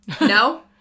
no